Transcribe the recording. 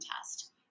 test